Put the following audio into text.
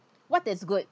what is good